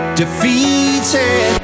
defeated